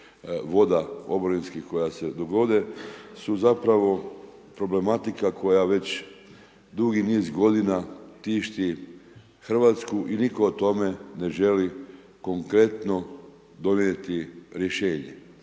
voda oborinskih koja se dogode su zapravo problematika koja već dugi niz godina tišti RH i nitko o tome ne želi konkretno donijeti rješenje.